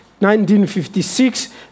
1956